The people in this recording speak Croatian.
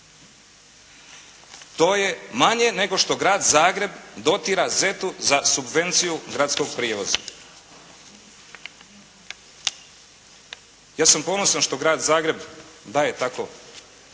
To je manje nego što grad Zagreb dotira ZET-u za subvenciju gradskog prijevoza. Ja sam ponosan što grad Zagreb daje tako